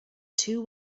two